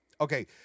okay